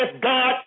God